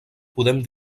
podem